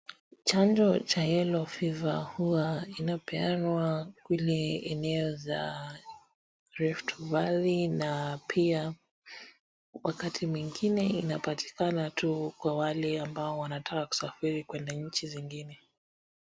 Chanjo cha Yellow fever huwa inapeanwa kule eneo za Rift Valley na pia wakati mwingine inapatikana tu kwa wale ambao wanataka kusafiri kuenda nchi zingine.